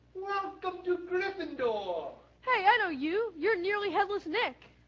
welcome to gryffindor. hey, i know you. you're nearly headless nick.